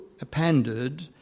appended